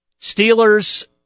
Steelers